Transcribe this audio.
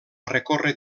recórrer